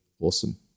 awesome